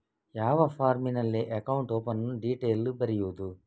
ಯಾವ ಫಾರ್ಮಿನಲ್ಲಿ account open detail ಬರೆಯುವುದು?